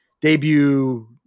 debut